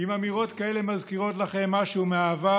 אם אמירות כאלה מזכירות לכם משהו מהעבר,